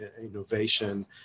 innovation